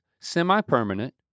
semi-permanent